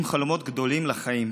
עם חלומות גדולים לחיים,